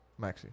Maxi